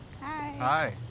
Hi